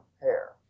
hair